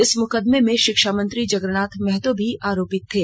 इस मुकदमे में शिक्षा मंत्री जगरनाथ महतो भी आरोपित थे